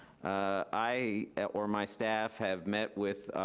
i, or my staff, have met with